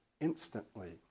instantly